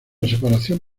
separación